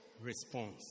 response